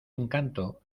encanto